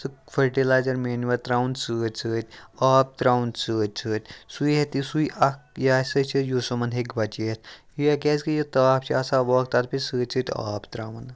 سُہ fertilizer manure ترٛاوُن سۭتۍ سۭتۍ آب ترٛاوُن سۭتۍ سۭتۍ سُے ییٚتہِ سُے اَکھ یہِ ہَسا چھِ یُس یِمَن ہیٚکہِ بَچٲیِتھ یہِ کیٛازِکہِ یہِ تاپھ چھِ آسان طرفہِ سۭتۍ سۭتۍ آب ترٛاوُن